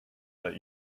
that